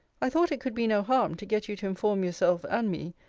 i thought it could be no harm, to get you to inform yourself, and me,